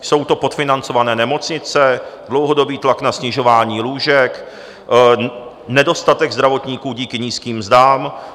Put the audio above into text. Jsou to podfinancované nemocnice, dlouhodobý tlak na snižování lůžek, nedostatek zdravotníků díky nízkým mzdám.